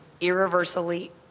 irreversibly